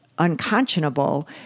unconscionable